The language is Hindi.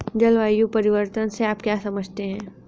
जलवायु परिवर्तन से आप क्या समझते हैं?